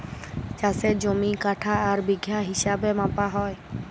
চাষের জমি কাঠা আর বিঘা হিছাবে মাপা হ্যয়